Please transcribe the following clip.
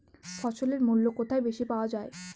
ফসলের মূল্য কোথায় বেশি পাওয়া যায়?